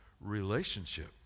relationship